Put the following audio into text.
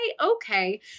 Okay